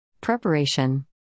Preparation